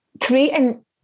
creating